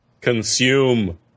Consume